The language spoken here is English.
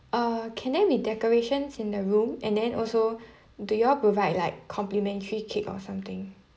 uh can there be decorations in the room and then also do you all provide like complimentary cake or something